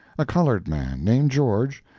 a colored man named george,